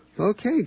Okay